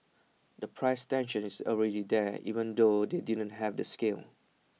the price tension is already there even though they didn't have the scale